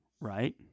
Right